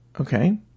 okay